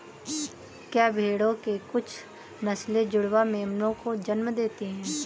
क्या भेड़ों की कुछ नस्लें जुड़वा मेमनों को जन्म देती हैं?